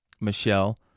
Michelle